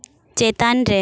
ᱪᱮᱛᱟᱱ ᱨᱮ